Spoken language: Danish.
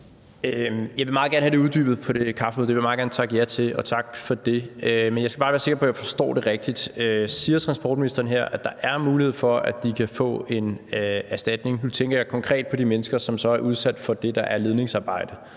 Jeg vil meget gerne have det uddybet på det kaffemøde – det vil jeg meget gerne takke ja til, og tak for det. Men jeg skal bare være sikker på, at jeg forstår det rigtigt. Siger transportministeren her, at der er mulighed for, at de kan få en erstatning? Nu tænker jeg konkret på de mennesker, som så er udsat for det, der er ledningsarbejde,